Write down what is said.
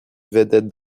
vedette